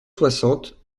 soixante